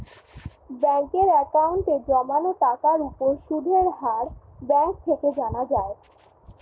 ব্যাঙ্কের অ্যাকাউন্টে জমানো টাকার উপর সুদের হার ব্যাঙ্ক থেকে জানা যায়